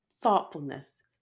thoughtfulness